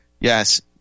yes